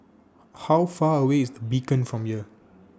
How Far away IS The Beacon from here